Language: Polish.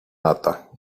lata